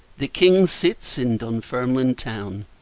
the king sits in dunfermline town,